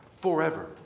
forever